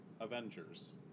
Avengers